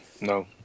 No